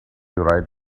write